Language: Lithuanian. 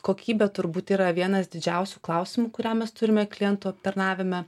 kokybė turbūt yra vienas didžiausių klausimų kurią mes turime klientų aptarnavime